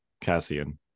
Cassian